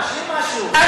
תשאיר משהו לכנסת הבאה.